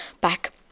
back